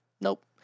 Nope